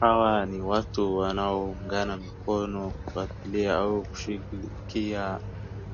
Hawa ni watu wanaoungana mkono kuangalia au kushikilia